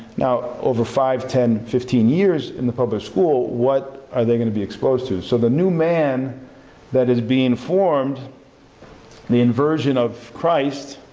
now over five, ten, fifteen years in the public school, what are they going to be exposed to? so the new man that is being formed the inversion of christ